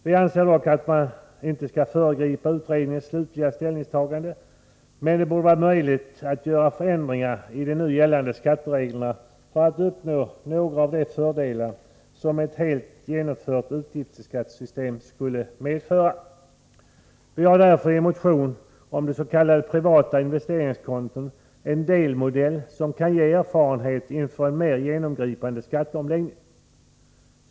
Vi anser dock att man inte skall föregripa utredningens slutliga ställningstagande, men det borde vara möjligt att göra förändringar i de nu gällande skattereglerna för att uppnå några av de fördelar som ett helt genomfört utgiftsskattesystem skulle medföra. Vi har därför i en motion om s.k. privata investeringskonton en delmodell som kan ge erfarenheter inför en mer genomgripande skatteomläggning.